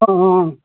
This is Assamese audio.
অঁ অঁ অঁ